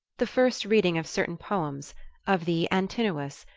the first reading of certain poems of the antinous,